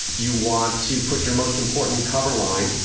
you want to put your most important cover line,